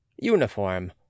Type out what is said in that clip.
Uniform